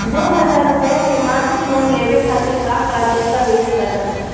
दो हज़ार रुपया के मासिक लोन लेवे खातिर का का दस्तावेजऽ लग त?